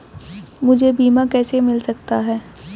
मुझे बीमा कैसे मिल सकता है?